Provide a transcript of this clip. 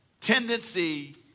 tendency